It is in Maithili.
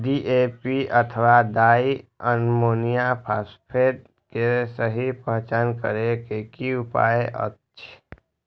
डी.ए.पी अथवा डाई अमोनियम फॉसफेट के सहि पहचान करे के कि उपाय अछि?